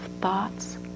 thoughts